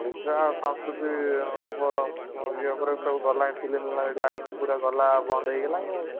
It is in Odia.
ଓଡ଼ିଶା ସଂସ୍କୃତି ଇଏ ଉପରେ ସବୁ ଗଲାଣି ଫିଲ୍ମ ଲାଇନ୍ ପୁରା ଗଲା ବନ୍ଦ ହେଇଗଲାଣି ଆଉ